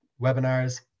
webinars